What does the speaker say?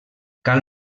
cal